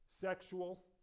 sexual